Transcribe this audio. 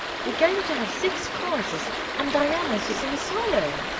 we're going to have six choruses and diana is to sing a solo.